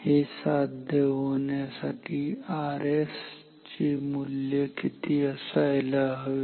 हे साध्य होण्यासाठी Rs चे मूल्य किती असायला हवे